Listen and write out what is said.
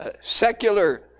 Secular